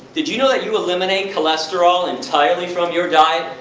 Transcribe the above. did you know that you eliminate cholesterol entirely from your diet.